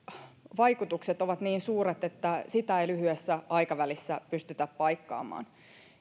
vaikutukset ovat niin suuret että niitä ei lyhyessä aikavälissä pystytä paikkamaan